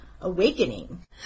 awakening